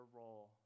role